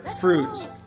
Fruit